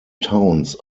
towns